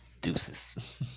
Deuces